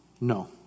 No